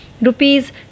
rupees